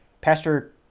Pastor